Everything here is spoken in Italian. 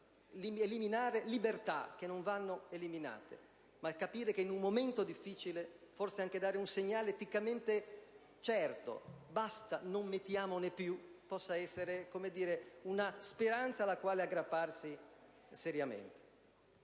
non per eliminare libertà che non vanno eliminate, ma per capire che in un momento difficile forse anche dare un segnale eticamente certo ("basta, non istalliamone più!") potrebbe essere una speranza alla quale aggrapparsi seriamente.